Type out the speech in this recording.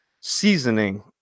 seasoning